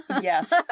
Yes